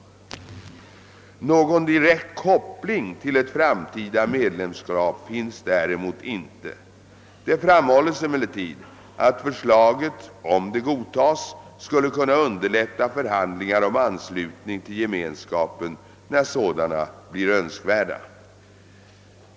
Någon direkt koppling till ett framtida medlemskap finns däremot inte. Det framhålls emellertid att förslaget, om det godtas, skulle kunna underlätta förhandlingar om anslutning till Gemenskapen när sådana blir önskvärda.